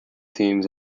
teams